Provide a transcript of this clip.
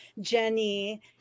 Jenny